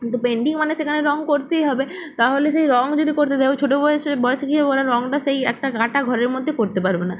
কিন্তু পেন্টিং মানে সেখানে রং করতেই হবে তাহলে সেই রং যদি করতে দেয় ওই ছোট বয়সে বয়সে গিয়ে ওরা রংটা সেই একটা কাটা ঘরের মধ্যে করতে পারবে না